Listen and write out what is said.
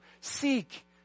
Seek